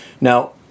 Now